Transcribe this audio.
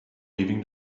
leaving